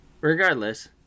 regardless